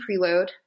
preload